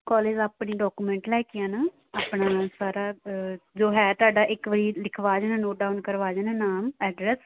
college ਆਪਣੀ document ਲੈ ਕੇ ਆਉਣਾ ਆਪਣਾ ਸਾਰਾ ਜੋ ਹੈ ਤੁਹਾਡਾ ਇੱਕ ਵਾਰੀ ਲਿਖਵਾ ਜਾਣਾ ਨੋਟ ਡਾਊਨ ਕਰਵਾ ਜਾਣਾ ਨਾਮ ਐਡਰੈੱਸ